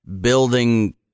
Building